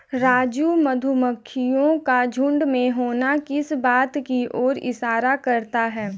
राजू मधुमक्खियों का झुंड में होना किस बात की ओर इशारा करता है?